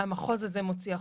המחוז הזה מוציא החוצה,